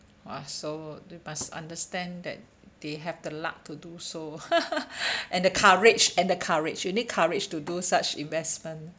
!wah! so you must understand that they have the luck to do so and the courage and the courage you need courage to do such investment